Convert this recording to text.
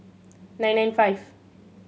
nine nine five